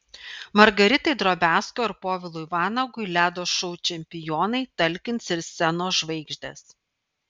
margaritai drobiazko ir povilui vanagui ledo šou čempionai talkins ir scenos žvaigždės